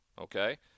okay